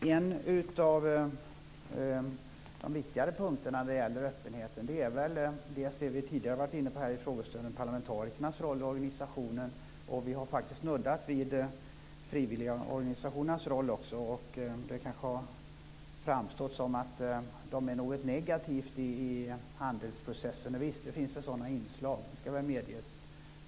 Herr talman! En av de viktigare punkterna när det gäller öppenheten är väl det som vi tidigare var inne på här under frågestunden, nämligen parlamentarikernas roll och organisation. Vi har faktiskt också snuddat vid frivilligorganisationernas roll. Det har kanske framstått som om de är något negativt i handelsprocessen. Och visst finns det väl sådana inslag, det ska medges.